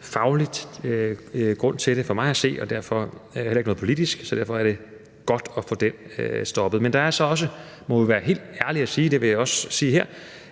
faglig grund til det for mig at se, og derfor er der heller ikke nogen politisk, og derfor er det godt at få det stoppet. Men der er så også, må vi være helt ærlige og sige, og det vil jeg også sige her,